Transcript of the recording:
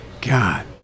God